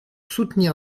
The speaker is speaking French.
soutenir